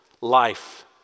life